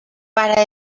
para